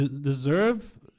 deserve